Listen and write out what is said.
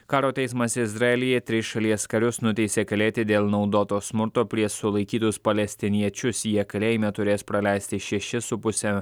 karo teismas izraelyje tris šalies karius nuteisė kalėti dėl naudoto smurto prieš sulaikytus palestiniečius jie kalėjime turės praleisti šešis su puse